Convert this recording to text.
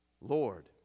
Lord